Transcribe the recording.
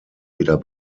wieder